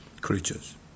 creatures